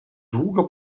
długo